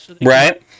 right